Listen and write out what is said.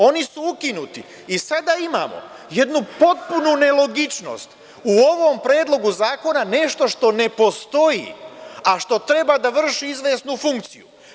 Oni su ukinuti i sada imamo jednu potpunu nelogičnost u ovom predlogu zakona nešto što ne postoji, a što treba da vrši izvesnu funkciju.